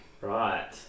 right